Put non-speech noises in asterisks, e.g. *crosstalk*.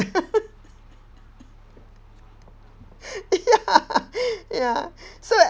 *laughs* ya ya so